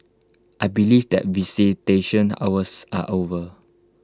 I believe that visitation hours are over